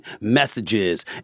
messages